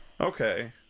okay